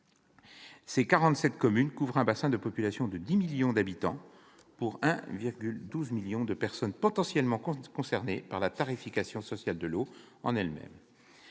ces communes couvrent un bassin de population de 10 millions d'habitants, pour 1,12 million de personnes potentiellement concernées par la tarification sociale de l'eau. Ce